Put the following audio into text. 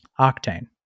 Octane